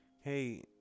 hey